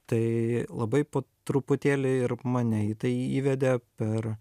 tai labai po truputėlį ir mane į tai įvedė per